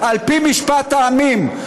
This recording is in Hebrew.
על פי משפט העמים.